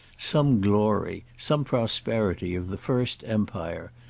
some glory, some prosperity of the first empire,